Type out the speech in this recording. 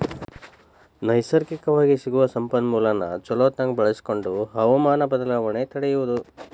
ನೈಸರ್ಗಿಕವಾಗಿ ಸಿಗು ಸಂಪನ್ಮೂಲಾನ ಚುಲೊತಂಗ ಬಳಸಕೊಂಡ ಹವಮಾನ ಬದಲಾವಣೆ ತಡಿಯುದು